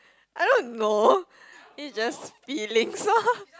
I don't know is just feelings oh